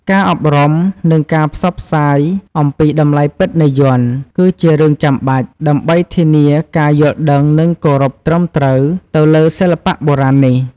ការអប់រំ និងការផ្សព្វផ្សាយអំពីតម្លៃពិតនៃយ័ន្ត គឺជារឿងចាំបាច់ ដើម្បីធានាការយល់ដឹងនិងគោរពត្រឹមត្រូវទៅលើសិល្បៈបុរាណនេះ។